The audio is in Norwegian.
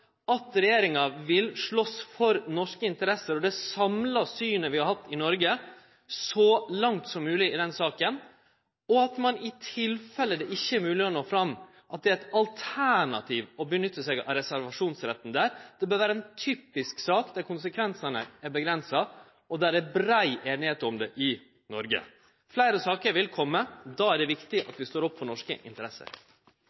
at regjeringa så langt som mogleg vil slåst for norske interesser og det samla synet vi har hatt i Noreg i den saka, og at ein i tilfelle det ikkje er mogleg å nå fram, har som alternativ å bruke reservasjonsretten. Dette bør vere ein typisk sak der konsekvensane er avgrensa, og som det er brei einigheit om i Noreg. Fleire saker vil kome, og då er det viktig